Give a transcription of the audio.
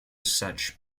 such